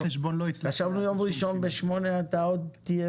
חשבנו יום ראשון בשמונה אתה עוד תהיה